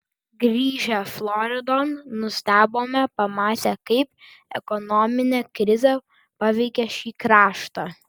grįžę floridon nustebome pamatę kaip ekonominė krizė paveikė šį kraštą